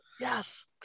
Yes